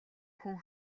хүн